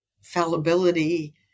fallibility